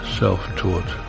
self-taught